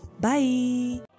Bye